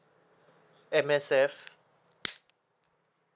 M_S_F